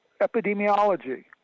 epidemiology